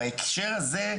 בהקשר הזה,